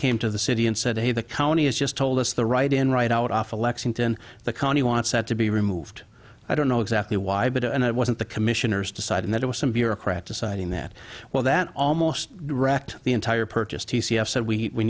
came to the city and said hey the county has just told us the right in right out off the lexington the county wants that to be removed i don't know exactly why but and it wasn't the commissioners deciding that it was some bureaucrat deciding that well that almost wrecked the entire purchase t c f said we